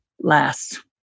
last